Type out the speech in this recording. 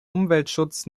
umweltschutz